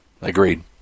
agreed